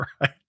Right